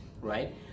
right